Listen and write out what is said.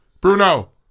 Bruno